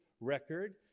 record